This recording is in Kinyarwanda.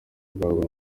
guhabwa